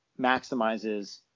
maximizes